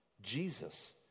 Jesus